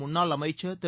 முன்னாள் அமைச்சர் திரு